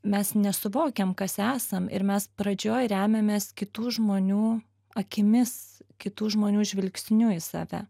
mes nesuvokiam kas esam ir mes pradžioj remiamės kitų žmonių akimis kitų žmonių žvilgsniu į save